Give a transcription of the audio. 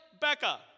Becca